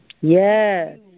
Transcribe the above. yes